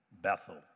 Bethel